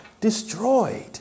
destroyed